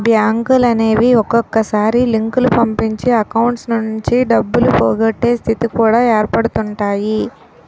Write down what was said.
బ్యాంకులనేవి ఒక్కొక్కసారి లింకులు పంపించి అకౌంట్స్ నుంచి డబ్బులు పోగొట్టే స్థితి కూడా ఏర్పడుతుంటాయి